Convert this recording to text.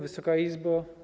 Wysoka Izbo!